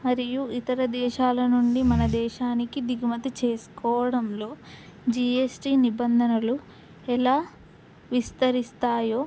మరియు ఇతర దేశాల నుండి మన దేశానికి దిగుమతి చేసుకోవడంలో జిఎస్టి నిబంధనలు ఎలా విస్తరిస్తాయో